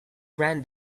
ran